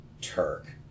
Turk